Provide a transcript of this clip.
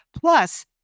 Plus